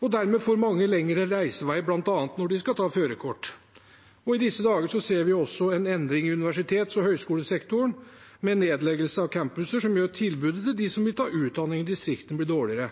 og dermed får mange lengre reisevei bl.a. når de skal ta førerkort. I disse dager ser vi også en endring i universitets- og høgskolesektoren med nedleggelser av campuser, som gjør at tilbudet til dem som vil ta utdanning i distriktene, blir dårligere.